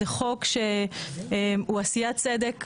זה חוק שהוא עשיית צדק.